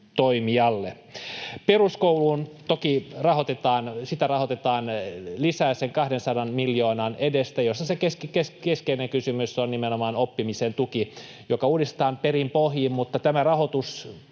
Peruskoulua toki rahoitetaan lisää sen 200 miljoonan edestä, jossa se keskeinen kysymys on nimenomaan oppimisen tuki, joka uudistetaan perin pohjin, mutta tämä rahoitus